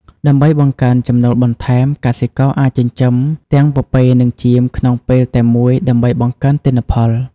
ដើម្បីបង្កើនចំណូលបន្ថែម កសិករអាចចិញ្ចឹមទាំងពពែនិងចៀមក្នុងពេលតែមួយដើម្បីបង្កើនទិន្នផល។